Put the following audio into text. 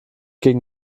gegen